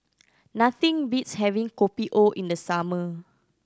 nothing beats having Kopi O in the summer